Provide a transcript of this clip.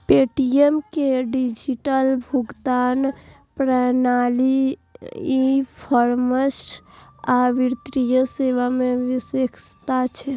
Paytm के digital भुगतान प्रणाली, ई कॉमर्स आ वित्तीय सेवा मे विशेषज्ञता छै